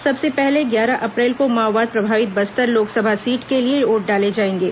सबसे पहले ग्यारह अप्रैल को माओवाद प्रभावित बस्तर लोकसभा सीट के लिए वोट डाले जाएंगे